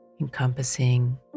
encompassing